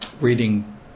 reading